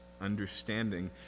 understanding